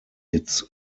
its